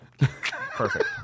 perfect